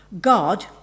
God